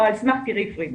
תראי פרידה,